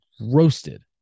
roasted